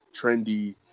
trendy